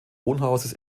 wohnhauses